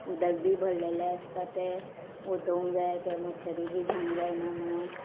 उदक बी भरलेलें आसता ते ओतोंक जाय ते मच्छरी बी जावंक जायना म्हणून